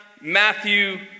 Matthew